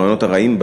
ברעיונות הרעים,